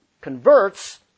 converts